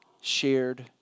shared